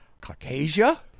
Caucasia